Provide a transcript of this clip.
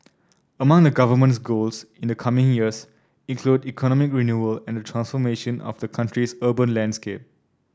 among the Government's goals in the coming years include economic renewal and transformation of the country's urban landscape